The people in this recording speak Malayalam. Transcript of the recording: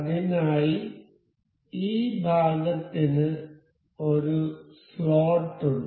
അതിനായി ഈ ഭാഗത്തിന് ഒരു സ്ലോട്ട് ഉണ്ട്